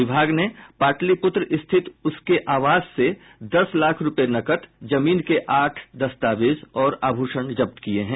विभाग ने पाटलिपुत्र स्थित उसके आवास से दस लाख रूपये नकद जमीन के आठ दस्तावेज और आभूषण जब्त किया है